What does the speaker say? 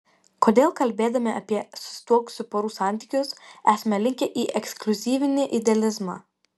kodėl kalbėdami apie susituokusių porų santykius esame linkę į ekskliuzyvinį idealizmą